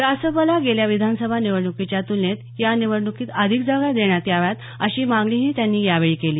रासपला गेल्या विधानसभा निवडणुकीच्या तुलनेत या निवडणुकीत अधिक जागा देण्यात याव्यात अशी मागणीही त्यांनी यावेळी केली